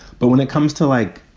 but when it comes to like